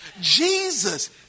Jesus